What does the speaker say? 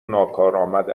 ناکارآمد